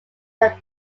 their